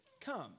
Come